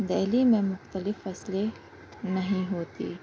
دہلی میں مختلف فصلیں نہیں ہوتی